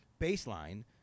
baseline